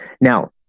Now